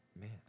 man